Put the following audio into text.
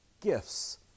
Gifts